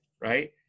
right